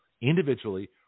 individually